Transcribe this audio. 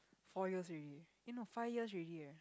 fours years already eh no five years already eh